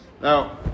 Now